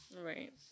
right